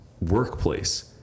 workplace